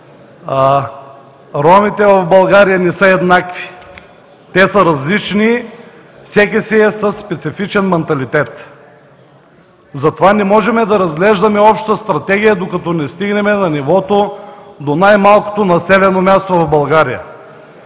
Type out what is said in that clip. ромите в България не са еднакви, те са различни, всеки си е със специфичен манталитет. Затова не можем да разглеждаме обща стратегия, докато не стигнем на нивото до най-малкото населено място в България.